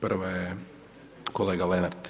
Prva je kolega Lenart.